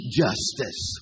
justice